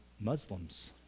Muslims